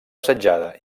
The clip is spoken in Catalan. assetjada